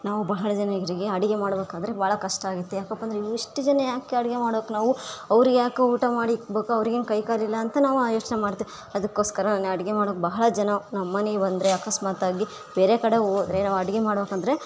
ನಾವು ಬಹಳ ಜನರಿಗೆ ಅಡುಗೆ ಮಾಡ್ಬೇಕು ಆದರೆ ಬಹಳ ಕಷ್ಟ ಆಗುತ್ತೆ ಯಾಕಪ್ಪ ಅಂದ್ರೆ ಇವಿಷ್ಟು ಜನ ಯಾಕೆ ಅಡುಗೆ ಮಾಡ್ಬೇಕು ನಾವು ಅವರಿಗೆ ಯಾಕ ಊಟ ಮಾಡಿ ಇಕ್ಬೇಕು ಅವ್ರಿಗೇನು ಕೈಕಾಲಿಲ್ಲ ಅಂತ ನಾವು ಆ ಯೋಚನೆ ಮಾಡ್ತೀವಿ ಅದಕ್ಕೋಸ್ಕರ ನಾ ಅಡುಗೆ ಮಾಡೋಕ್ಕೆ ಬಹಳ ಜನ ನಮ್ಮನೆಗೆ ಬಂದರೆ ಅಕಸ್ಮಾತಾಗಿ ಬೇರೆ ಕಡೆ ಹೋದ್ರೆ ನಾವು ಅಡ್ಗೆ ಮಾಡ್ಬೇಕೆಂದ್ರೆ